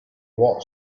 what